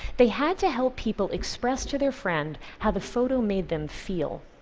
they had to help people express to their friend how the photo made them feel.